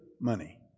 money